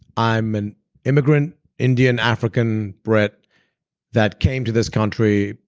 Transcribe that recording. i'm an immigrant indian-african bred that came to this country,